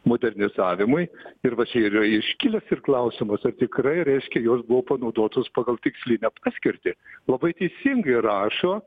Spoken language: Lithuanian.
modernizavimui ir va čia ir yra ir iškilęs ir klausimas ar tikrai reiškia jos buvo panaudotos pagal tikslinę paskirtį labai teisingai rašo